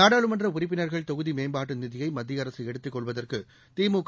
நாடாளுமன்ற உறுப்பினர்கள் தொகுதி மேம்பாட்டு நிதியை மத்திய அரசு எடுத்துக் கொள்வதற்கு திழுக